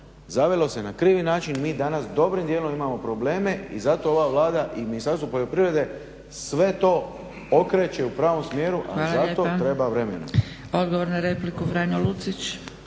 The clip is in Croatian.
zavelo se na krivi način. Mi danas dobrim dijelom imamo probleme i zato ova Vlada i Ministarstvo poljoprivrede sve to okreće u pravom smjeru, ali za to treba vremena.